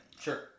Sure